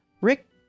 Rick